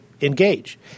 engage